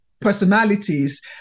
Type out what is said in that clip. personalities